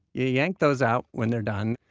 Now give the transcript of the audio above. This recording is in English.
yank those out when they're done,